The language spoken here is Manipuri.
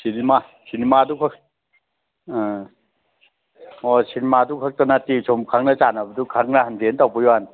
ꯁꯤꯅꯦꯃꯥ ꯁꯤꯅꯦꯃꯥꯗꯨꯈꯛ ꯑꯥ ꯑꯣ ꯁꯤꯅꯦꯃꯥꯗꯨꯈꯛꯇ ꯅꯠꯇꯦ ꯁꯨꯝ ꯈꯪꯅ ꯆꯥꯟꯅꯕꯁꯨ ꯈꯪꯅꯍꯟꯁꯦ ꯇꯧꯕꯩ ꯋꯥꯅꯤ